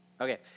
Okay